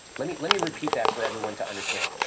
let me let me repeat that for everyone to understand.